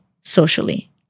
socially